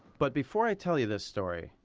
but before i tell you this story.